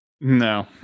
No